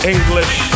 English